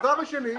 דבר שני,